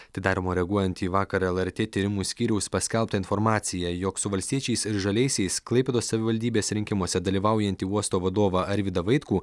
tai daroma reaguojant į vakar lrt tyrimų skyriaus paskelbtą informaciją jog su valstiečiais ir žaliaisiais klaipėdos savivaldybės rinkimuose dalyvaujantį uosto vadovą arvydą vaitkų